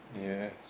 Yes